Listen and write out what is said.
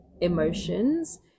emotions